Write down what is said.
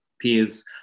peers